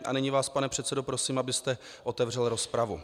A nyní vás, pane předsedo, prosím, abyste otevřel rozpravu.